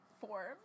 form